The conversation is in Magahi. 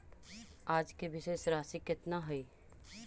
आज के शेष राशि केतना हई?